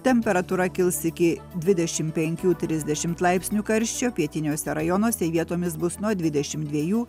temperatūra kils iki dvidešimt penkių trisdešimt laipsnių karščio pietiniuose rajonuose vietomis bus nuo dvidešimt dviejų